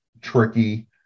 tricky